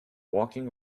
walking